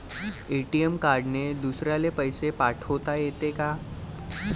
ATM कार्डने दुसऱ्याले पैसे पाठोता येते का?